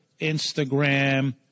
Instagram